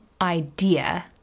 idea